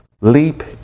leap